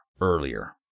earlier